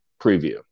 preview